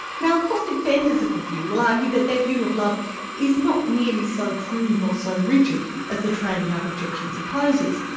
now course defenders of the view will argue that their view of love is not nearly so crude nor so rigid as the trading up objection supposes.